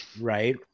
right